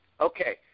Okay